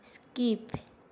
skip